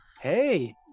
Hey